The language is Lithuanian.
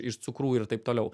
iš cukrų ir taip toliau